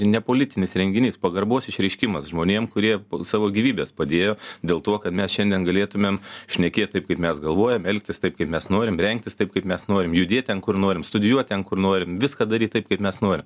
nepolitinis renginys pagarbos išreiškimas žmonėm kurie savo gyvybes padėjo dėl to kad mes šiandien galėtumėm šnekėt taip kaip mes galvojam elgtis taip kaip mes norim rengtis taip kaip mes norim judėt ten kur norim studijuoti ten kur norim viską daryti taip kaip mes norim